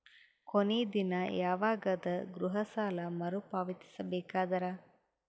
ಕೊನಿ ದಿನ ಯವಾಗ ಅದ ಗೃಹ ಸಾಲ ಮರು ಪಾವತಿಸಬೇಕಾದರ?